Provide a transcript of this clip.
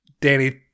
Danny